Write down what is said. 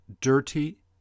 dirty